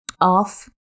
off